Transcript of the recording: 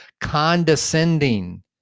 condescending